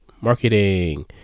Marketing